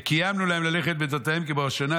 וקיימנו להם ללכת בדתיהם כבראשונה,